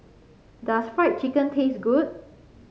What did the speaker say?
does Fried Chicken taste good